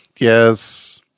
Yes